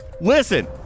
Listen